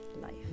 life